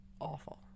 awful